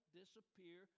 disappear